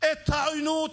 את העוינות,